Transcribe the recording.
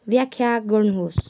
व्याख्या गर्नुहोस्